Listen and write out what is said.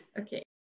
Okay